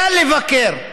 קל לבקר,